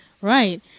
Right